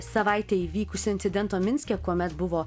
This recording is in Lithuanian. savaitę įvykusio incidento minske kuomet buvo